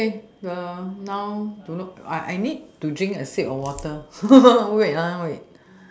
okay uh now dunno I I need do drink a sip of water wait wait